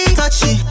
touchy